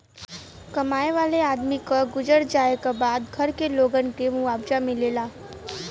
कमाए वाले आदमी क गुजर जाए क बाद घर के लोगन के मुआवजा मिलेला